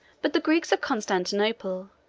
but the greeks of constantinople,